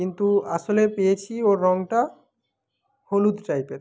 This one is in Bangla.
কিন্তু আসলে পেয়েছি ওর রঙটা হলুদ টাইপের